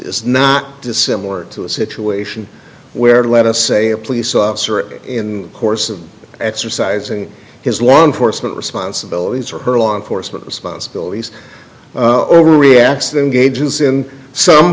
it's not dissimilar to a situation where let us say a police officer in the course of exercising his law enforcement responsibilities or her law enforcement responsibilities overreacts them gages in some